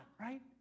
right